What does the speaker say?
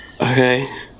Okay